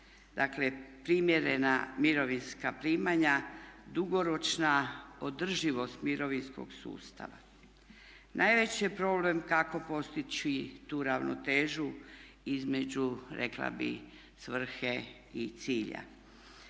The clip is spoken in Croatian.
dakle primjerena mirovinska primanja dugoročna održivost mirovinskog sustava. Najveći je problem kako postići tu ravnotežu između rekla bih svrhe i cilja.